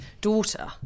daughter